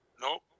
Nope